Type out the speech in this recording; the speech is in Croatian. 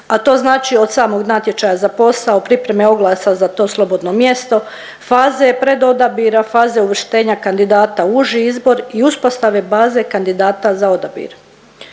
a to znači od samog natječaja za posao, pripreme oglasa za to slobodno mjesto, faze pred odabira, faze uvrštenja kandidata u uži izbor i uspostave baze kandidata za odabir.